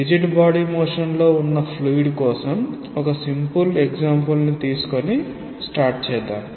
rigid body motion లో ఉన్న fluid కోసం ఒక సింపుల్ ఉదాహరణ తీసుకుని ప్రారంభిద్దాం